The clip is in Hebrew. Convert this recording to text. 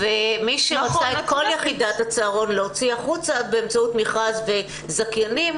מי שניסה להוציא החוצה את כל יחידת הצהרון באמצעות מכרז וזכיינים